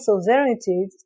sovereignty